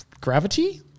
Gravity